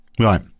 Right